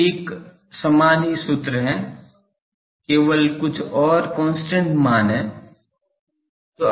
एक समान ही सूत्र है केवल कुछ और कांस्टेंट मान है